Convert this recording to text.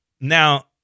Now